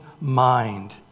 mind